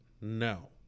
no